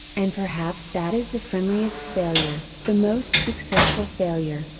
and perhaps that is the friendliest failure, the most successful failure,